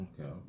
Okay